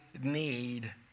need